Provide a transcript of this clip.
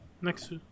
Next